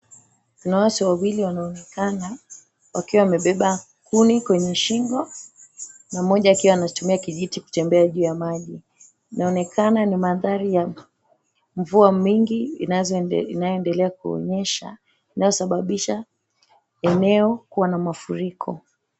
Kuna watu wawili wanaoonekana wakiwa wamebeba kuni kwenye shingo na mmoja akiwa anatumia kijiti kutembea juu ya maji. Inaonekana ni mandhari ya mvua mingi inayoendelea kunyesha inayosababisha eneo kua na mafuriko.